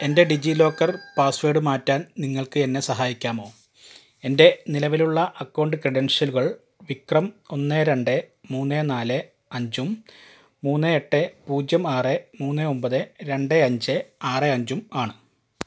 എൻ്റെ DigiLocker password മാറ്റാൻ നിങ്ങൾക്ക് എന്നെ സഹായിക്കാമോ എൻ്റെ നിലവിലുള്ള അക്കൗണ്ട് ക്രെഡൻഷ്യലുകൾ വിക്രം ഒന്ന് രണ്ട് മൂന്ന് നാല് അഞ്ചും മൂന്ന് എട്ട് പൂജ്യം ആറ് മൂന്ന് ഒമ്പത് രണ്ട് അഞ്ച് ആറ് അഞ്ചും ആണ്